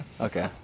okay